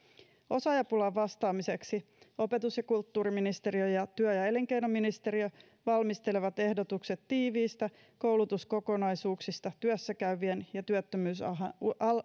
osaajapulaan vastaamiseksi opetus ja kulttuuriministeriö ja työ ja elinkeinoministeriö valmistelevat ehdotukset tiiviistä koulutuskokonaisuuksista työssäkäyvien ja työttömyysuhan